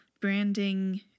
branding